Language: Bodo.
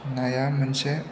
नाया मोनसे